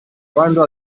quando